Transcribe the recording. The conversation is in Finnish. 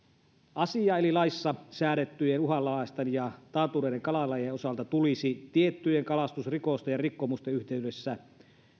asia laissa säädettyjen uhanalaisten ja taantuneiden kalalajien osalta tulisi tiettyjen kalastusrikosten ja rikkomusten yhteydessä